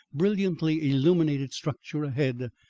brilliantly illuminated structure ahead,